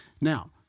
Now